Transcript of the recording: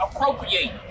appropriate